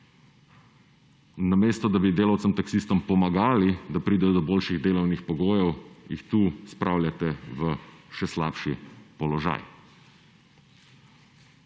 Namesto, da bi delavcem taksistom pomagali, da pridejo do boljših delovnih pogojev, jih tu spravljate v še slabši položaj.